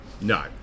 no